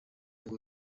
ngo